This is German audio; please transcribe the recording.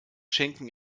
schenken